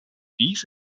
dies